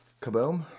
Kaboom